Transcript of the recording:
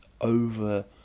over